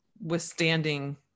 withstanding